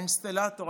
האינסטלטור,